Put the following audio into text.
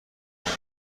بکنم